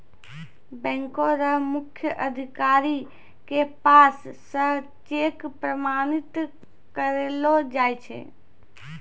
बैंको र मुख्य अधिकारी के पास स चेक प्रमाणित करैलो जाय छै